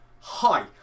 Hi